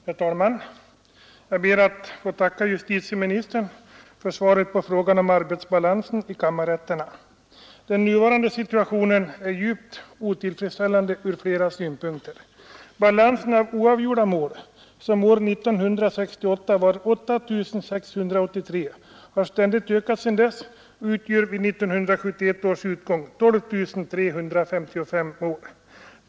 Herr talman! Jag ber att få tacka justitieministern för svaret på om arbetsbalansen i kammarrätterna. Den nuvarande situationen är djupt otillfredsställande ur flera synpunkter. Balansen av oavgjorda mål, som år 1968 var 8 683, har ständigt ökat och utgjorde vid 1971 års utgång 12 355 mål.